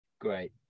Great